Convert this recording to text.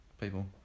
people